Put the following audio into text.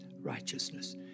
righteousness